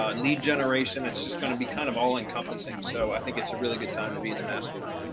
um lead generation, it's just going to be kind of all encompassing, so i think it's a really good time to be in the mastermind.